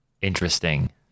Interesting